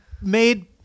Made